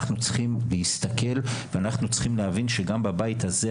אנחנו צריכים להסתכל ולהבין שגם בבית הזה,